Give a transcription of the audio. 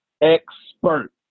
Expert